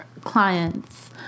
clients